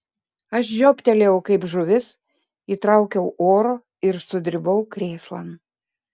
aš žioptelėjau kaip žuvis įtraukiau oro ir sudribau krėslan